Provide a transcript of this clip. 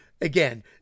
again